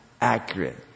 accurate